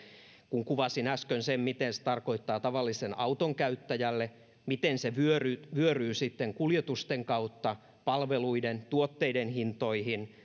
kuvasin äsken sen mitä se tarkoittaa tavallisen auton käyttäjälle miten se vyöryy vyöryy sitten kuljetusten kautta palveluiden ja tuotteiden hintoihin